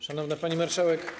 Szanowna Pani Marszałek!